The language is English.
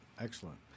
excellent